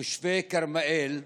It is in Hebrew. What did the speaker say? תושבי כרמיאל,